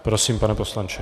Prosím, pane poslanče.